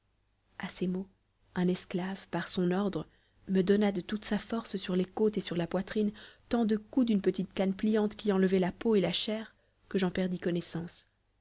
à ces mots un esclave par son ordre me donna de toute sa force sur les côtes et sur la poitrine tant de coups d'une petite canne pliante qui enlevait la peau et la chair que j'en perdis connaissance